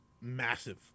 massive